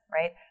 right